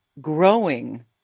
growing